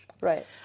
Right